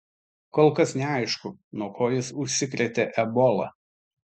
kol kas neaišku nuo ko jis užsikrėtė ebola